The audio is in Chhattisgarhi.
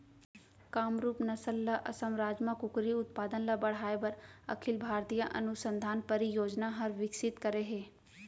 कामरूप नसल ल असम राज म कुकरी उत्पादन ल बढ़ाए बर अखिल भारतीय अनुसंधान परियोजना हर विकसित करे हे